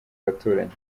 abaturanyi